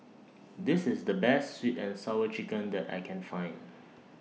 This IS The Best Sweet and Sour Chicken that I Can Find